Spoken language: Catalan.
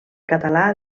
català